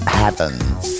heavens